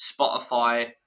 Spotify